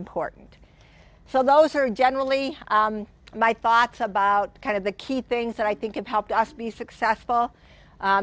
important so those are generally my thoughts about kind of the key things that i think it helped us be successful